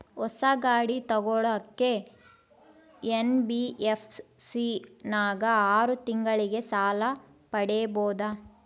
ಹೊಸ ಗಾಡಿ ತೋಗೊಳಕ್ಕೆ ಎನ್.ಬಿ.ಎಫ್.ಸಿ ನಾಗ ಆರು ತಿಂಗಳಿಗೆ ಸಾಲ ಪಡೇಬೋದ?